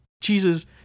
Jesus